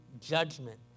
judgment